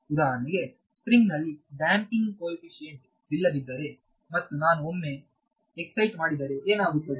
ಉದಾಹರಣೆಗೆ ಸ್ಪ್ರಿಂಗ್ ನಲ್ಲಿ ಡ್ಯಾಂಪಿಂಗ್ ಕೊಯಿಫಿಶಿಯೆಂಟ್ವಿಲ್ಲದಿದ್ದರೆ ಮತ್ತು ನಾನು ಒಮ್ಮೆ ಎಕ್ಷೈಟ್ ಮಾಡಿದರೆ ಏನಾಗುತ್ತದೆ